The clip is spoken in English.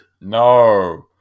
No